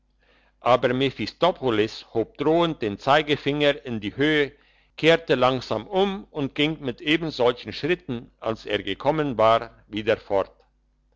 aber mephistopholes hob drohend den zeigfinger in die höhe kehrte langsam um und ging mit ebensolchen schritten als er gekommen war wieder fort